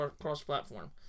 cross-platform